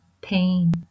pain